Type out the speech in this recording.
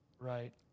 Right